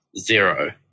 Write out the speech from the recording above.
Zero